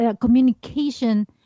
communication